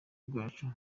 bwacu